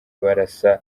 barasa